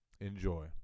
enjoy